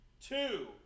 two